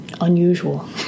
Unusual